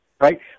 right